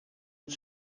met